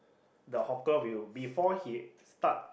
the hawker will before he start